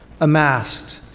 amassed